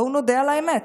בואו נודה על האמת.